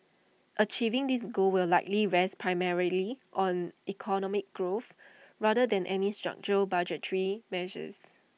achieving this goal will likely rest primarily on economic growth rather than any structural budgetary measures